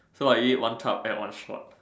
so I eat one tub at one shot